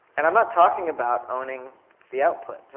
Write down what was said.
and i'm not talking about owning the output.